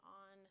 on